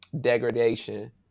degradation